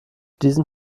diesen